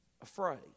afraid